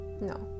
no